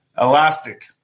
elastic